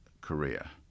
Korea